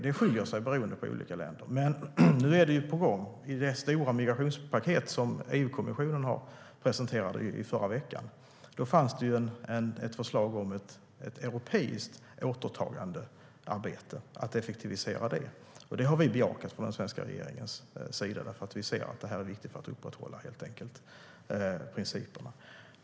Det skiljer sig mellan olika länder, men detta är på gång i det stora migrationspaket som EU-kommissionen presenterade i förra veckan. I det fanns det ett förslag om att effektivisera det europeiska återtagandearbetet. Det har den svenska regeringen bejakat eftersom vi anser det viktigt att upprätthålla principerna.